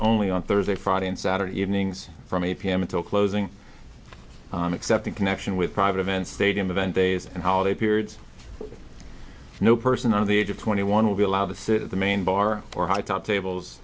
only on thursday friday and saturday evenings from eight p m until closing except in connection with private events stadium event days and holiday periods no person of the age of twenty one will be allowed to sit at the main bar or high top tables